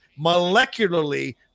molecularly